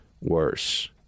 worse